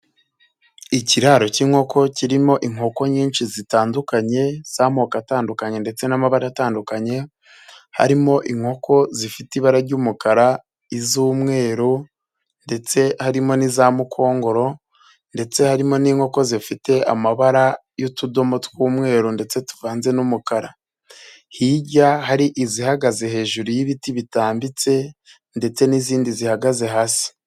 Ikiraro k'inkoko kirimo inkoko nyinshi zitandukanye z'amoko atandukanye ndetse n'amabara atandukanye. Harimo inkoko zifite ibara ry'umukara iz'umweru ndetse harimo n'iza mukongoro ndetse harimo n'inkoko zifite amabara y'utudomo tw'umweru ndetse tuvanze n'umukara. Hirya hari izihagaze hejuru y'ibiti bitambitse ndetse n'izindi zihagaze hasi.